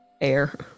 air